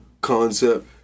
concept